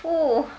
oo